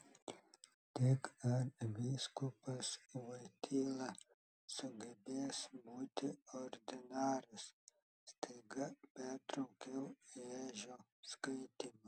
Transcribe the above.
tik ar vyskupas voityla sugebės būti ordinaras staiga pertraukiau ježio skaitymą